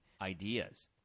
ideas